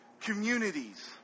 communities